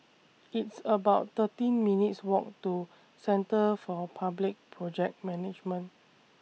It's about thirteen minutes' Walk to Centre For Public Project Management